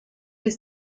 his